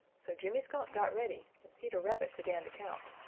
so jimmy skunk got ready and peter rabbit began to count.